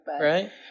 Right